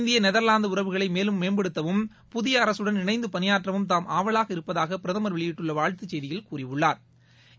இந்திய நெதர்லாந்து உறவுகளை மேலும் மேம்படுத்தவும் புதிய அரசுடன் இணைந்து பணியாற்றவும் தாம் ஆவலாக இருப்பதாக பிரதமர் வெளியிட்டுள்ள வாழ்த்து செய்தியில் கூறியுள்ளா்